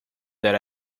that